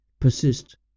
persist